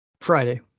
Friday